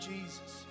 Jesus